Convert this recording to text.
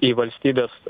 į valstybės